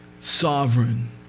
sovereign